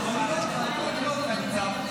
לוועדת החוקה, חוק ומשפט נתקבלה.